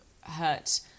hurt